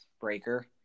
Breaker